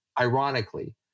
ironically